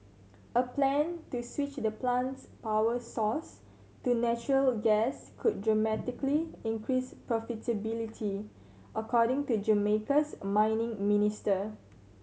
a plan to switch the plant's power source to natural gas could dramatically increase profitability according to Jamaica's mining minister